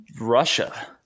Russia